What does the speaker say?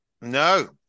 no